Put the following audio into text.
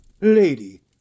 Lady